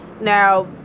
Now